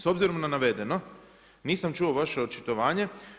S obzirom na navedeno, nisam čuo vaš očitovanje.